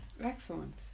Excellent